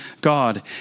God